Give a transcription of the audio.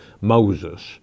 Moses